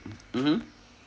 mmhmm